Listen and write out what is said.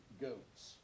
goats